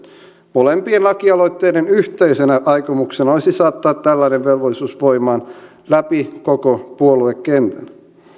molempien lakialoitteiden yhteisenä aikomuksena olisi saattaa tällainen velvollisuus voimaan läpi koko puoluekentän